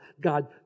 God